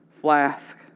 flask